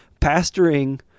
pastoring